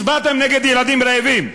הצבעתם נגד ילדים רעבים,